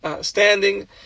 standing